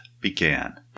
began